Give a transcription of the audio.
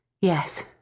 Yes